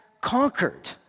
conquered